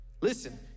Listen